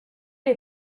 les